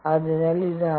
അതിനാൽ ഇതാണ്